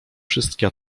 wszystkie